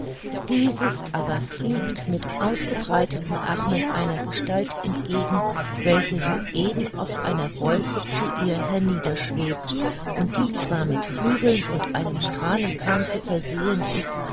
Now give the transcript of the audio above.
dieses aber fliegt mit ausgebreiteten armen einer gestalt entgegen welche soeben auf einer wolke zu ihr hernieder schwebt und die zwar mit flügeln und einem strahlenkranze versehen ist